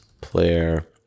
player